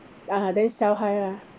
(uh huh) then sell high lah